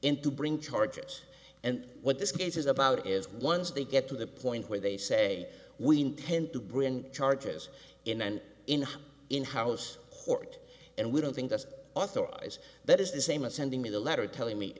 him to bring charges and what this case is about is once they get to the point where they say we intend to bring charges in and in in house court and we don't think that's authorize that is the same as sending me the letter telling me